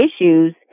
issues